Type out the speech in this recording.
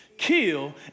kill